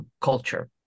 culture